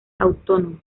autónomo